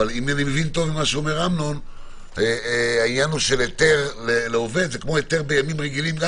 אבל אמנון אומר שהעניין של היתר לעובד זה כמו היתר בימים רגילים.